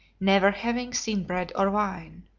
never having seen bread or wine.